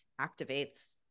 activates